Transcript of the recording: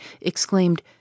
exclaimed